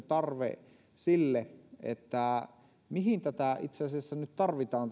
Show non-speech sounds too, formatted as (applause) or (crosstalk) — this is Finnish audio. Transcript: (unintelligible) tarve sille kysymykselle mihin tätä elpymisrahastoa itse asiassa nyt tarvitaan (unintelligible)